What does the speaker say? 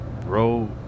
Bro